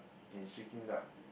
and it's freaking dark